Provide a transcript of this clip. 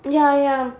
ya ya